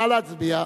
נא להצביע.